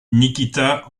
nikita